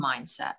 mindset